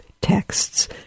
texts